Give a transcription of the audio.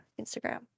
instagram